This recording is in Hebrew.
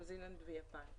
ניו זילנד ויפן.